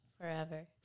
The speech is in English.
forever